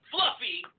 Fluffy